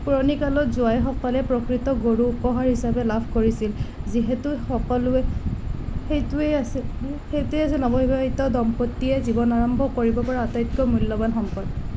পুৰণি কালত জোঁৱাইসকলে প্ৰকৃত গৰু উপহাৰ হিচাপে লাভ কৰিছিল যিহেতু সকলোৱে সেইটোৱেই আছিল সেইটোৱেই আছিল নৱবিবাহিত দম্পতীয়ে জীৱন আৰম্ভ কৰিব পৰা আটাইতকৈ মূল্যৱান সম্পদ